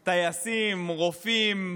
טייסים, רופאים,